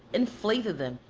inflated them,